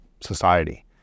society